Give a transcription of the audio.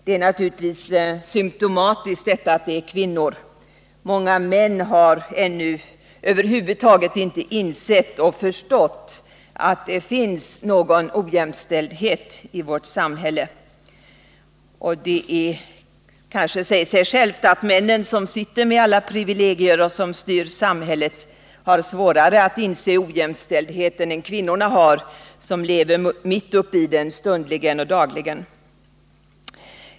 Och naturligtvis är detta någonting som är symtomatiskt. Många män har ännu över huvud taget inte insett och förstått att det finns någon ojämställdhet i vårt samhälle. Det kanske säger sig självt att männen, som sitter där med alla privilegier och som styr samhället, har svårare att inse ojämställdheten än kvinnorna, som lever mitt uppe i den dagligen och stundligen.